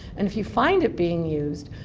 and if you find it being used,